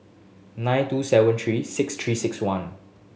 nine two seven three six Three Six One